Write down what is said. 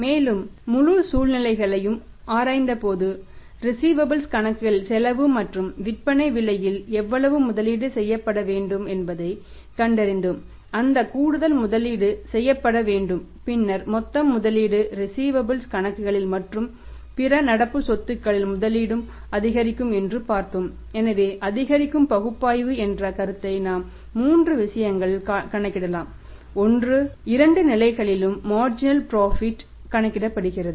மேலும் முழு சூழ்நிலையையும் ஆராய்ந்தபோது ரிஸீவபல்ஸ் கணக்கிடுகிறது